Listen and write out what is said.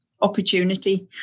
opportunity